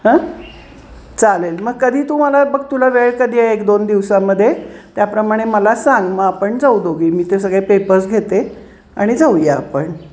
हं चालेल मग कधी तू मला मग तुला वेळ कधी आहे एक दोन दिवसामध्ये त्याप्रमाणे मला सांग मग आपण जाऊ दोघी मी ते सगळे पेपर्स घेते आणि जाऊया आपण